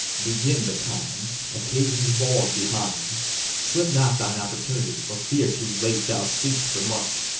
begin betimes occasion's bald behind slip not thine opportunity, for fear too late thou seek'st for much,